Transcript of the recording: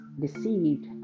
deceived